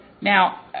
Now